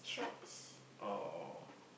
oh